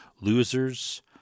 Losers